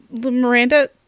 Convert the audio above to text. Miranda